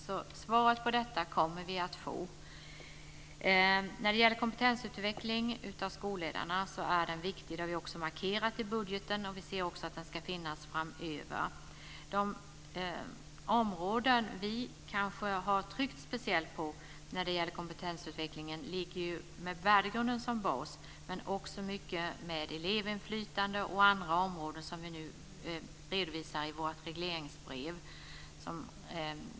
Så vi kommer att få svaret på detta. Kompetensutveckling av skolledarna är viktigt. Det har vi också markerat i budgeten. Vi säger också att den ska finnas framöver. De områden vi kanske har tryckt speciellt på när det gäller kompetensutvecklingen ligger ju med värdegrunden som bas. Det handlar också mycket om elevinflytande och andra områden, vilket vi nu redovisar i vårt regleringsbrev.